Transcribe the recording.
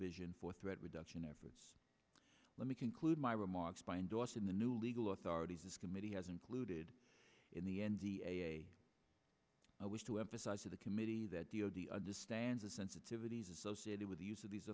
vision for threat reduction efforts let me conclude my remarks by endorsing the new legal authorities this committee has included in the n d a i wish to emphasize to the committee that the odi understand the sensitivities associated with the use of these